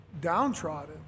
downtrodden